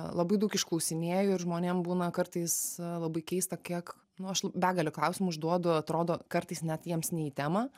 labai daug išklausinėju ir žmonėm būna kartais labai keista kiek nu aš begalę klausimų užduodu atrodo kartais net jiems ne į temą